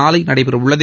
நாளை நடைபெறவுள்ளது